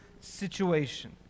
situation